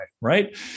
right